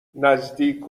نزدیک